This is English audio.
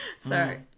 Sorry